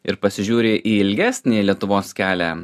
ir pasižiūri į ilgesnį lietuvos kelią